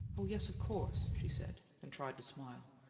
oh, yes, of course, she said, and tried to smile.